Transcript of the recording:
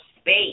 space